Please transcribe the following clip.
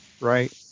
right